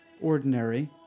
ordinary